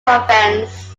provence